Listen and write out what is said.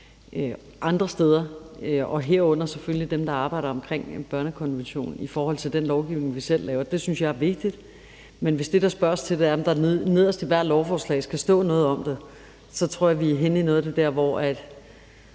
andre steder, herunder selvfølgelig dem, der arbejder omkring børnekonventionen, i forhold til den lovgivning, vi selv laver. Det synes jeg er vigtigt. Men hvis det, der spørges til, er, om der nederst i hvert lovforslag skal stå noget om det, så tror jeg, vi er henne i noget af det der, hvor